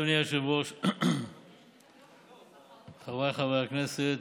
אדוני היושב-ראש, חבריי חברי הכנסת,